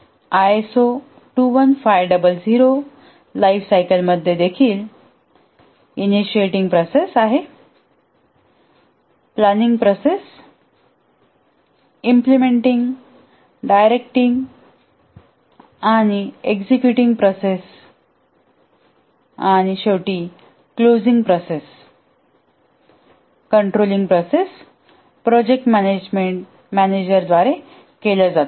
ISO 21500 लाईफसायकलमध्ये देखील initiating process आहे प्लॅनिंग प्रोसेस इम्प्लिमेंटिंग डायरेक्टिंग आणि एक्झिक्युटींग प्रोसेस आणि शेवटी closing process controlling process project manager द्वारे केल्या जातात